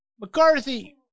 McCarthy